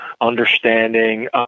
understanding